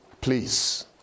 please